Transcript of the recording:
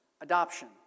Adoption